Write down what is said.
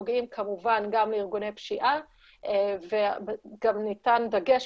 נוגעים כמובן גם לארגוני פשיעה וגם ניתן דגש